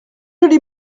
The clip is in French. jolie